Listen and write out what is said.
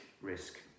risk